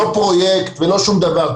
לא פרויקט ולא שום דבר,